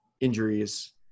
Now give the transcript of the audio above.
injuries